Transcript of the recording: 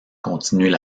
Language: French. continuent